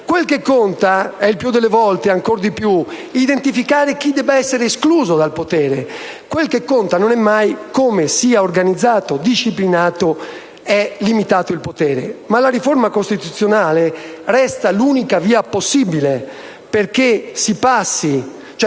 quel che conta il più delle volte, è identificare chi debba essere escluso dal potere. Quel che conta non è mai come sia organizzato, disciplinato e limitato il potere. Ebbene, la riforma costituzionale resta l'unica via possibile perché si creino